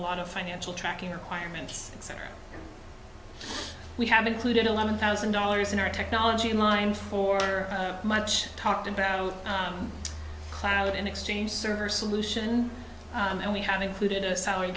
lot of financial tracking requirements etc we have included eleven thousand dollars in our technology in line for our much talked about cloud and exchange server solution and we have included a salary